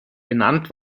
benannt